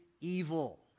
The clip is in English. evil